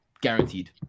Guaranteed